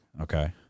Okay